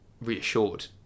reassured